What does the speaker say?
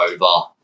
over